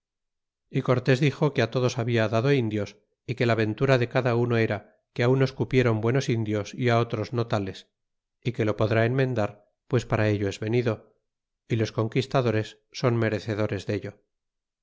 y cortés dixo que todos habia dado indios y que la ventura de cada uno era que unos cupieron buenos indios y otros no tales y que lo podrá enmendar pues para ello es venido y los conquistadores son merecedores dello